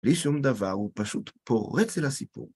בלי שום דבר הוא פשוט פורץ אל הסיפור.